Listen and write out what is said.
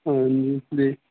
ਹਾਂਜੀ